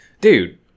Dude